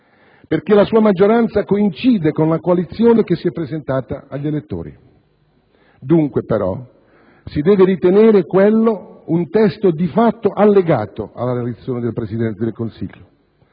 perché la sua maggioranza coincide con la coalizione che si è presentata agli elettori. Dunque, si deve ritenere quel programma come di fatto allegato alla relazione del Presidente del Consiglio.